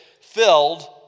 filled